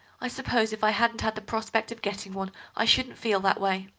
i suppose if i hadn't had the prospect of getting one i shouldn't feel that way.